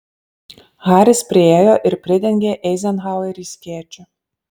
haris priėjo ir pridengė eizenhauerį skėčiu